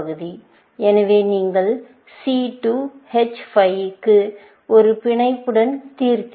எனவே நீங்கள் C2 H5 க்கு ஒரு பிணைப்புடன் தீர்த்தீர்கள்